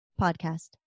podcast